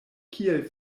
kiel